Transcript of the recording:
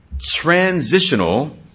transitional